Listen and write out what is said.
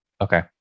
Okay